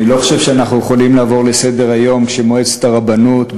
אני לא חושב שאנחנו יכולים לעבור לסדר-היום כשמועצת הרבנות,